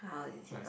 how is it lah